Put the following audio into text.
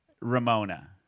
Ramona